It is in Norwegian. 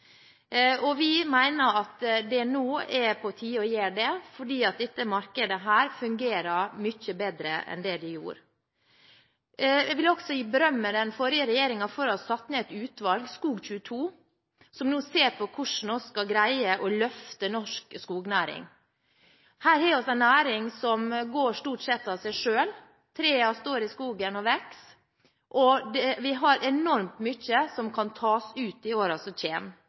Vi mener at det nå er på tide å gjøre det, fordi dette markedet fungerer mye bedre enn det gjorde. Jeg vil også berømme den forrige regjeringen for å ha satt ned en gruppe, Skog 22, som nå ser på hvordan vi skal greie å løfte norsk skognæring. Her har vi en næring som går stort sett av seg selv. Trærne står i skogen og vokser, og vi har enormt mye som kan tas ut i årene som